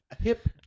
Hip